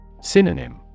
Synonym